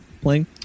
playing